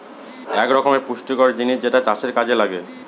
এক রকমের পুষ্টিকর জিনিস যেটা চাষের কাযে লাগে